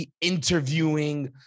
interviewing